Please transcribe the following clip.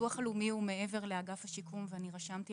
הביטוח הלאומי הוא מעבר לאגף השיקום ואני רשמתי